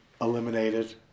eliminated